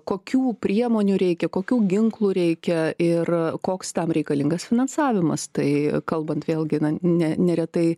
kokių priemonių reikia kokių ginklų reikia ir koks tam reikalingas finansavimas tai kalbant vėlgi ne neretai